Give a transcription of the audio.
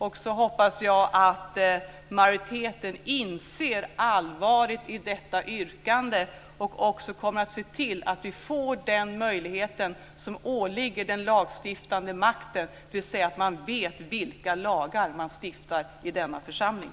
Jag hoppas att majoriteten inser allvaret i detta yrkande och ser till att vi får den möjligheten som åligger den lagstiftande makten, dvs. att man vet vilka lagar man stiftar i denna församling.